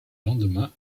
lendemain